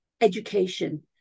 education